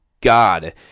God